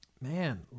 Man